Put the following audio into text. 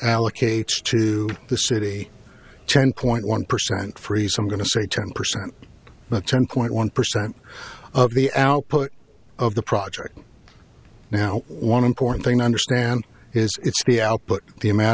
allocates to the city ten point one percent free so i'm going to say ten percent but ten point one percent of the output of the project now one important thing to understand is the output the amount